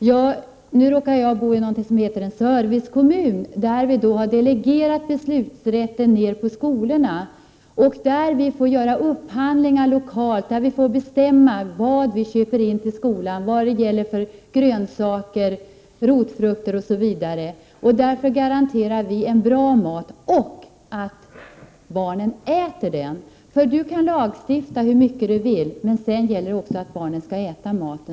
Herr talman! Jag råkar bo i något som kallas en servicekommun, där vi har delegerat beslutsrätten ner till skolorna. Vi får göra upphandlingar lokalt och bestämma vad vi köper in till skolan. Det kan gälla vilka grönsaker, rotfrukter osv. som vi köper in. På det sättet garanterar vi en bra mat och att barnen äter den. Det går att lagstifta hur mycket som helst, men sedan gäller det också att barnen skall äta maten.